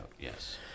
yes